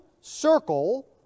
circle